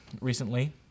recently